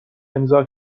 امضا